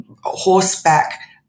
horseback